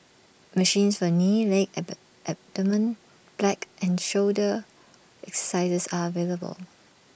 machines for knee leg ab abdomen black and shoulder exercises are available